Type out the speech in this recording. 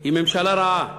היא ממשלה רעה.